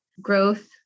growth